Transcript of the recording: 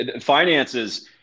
finances